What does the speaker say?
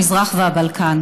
המזרח והבלקן.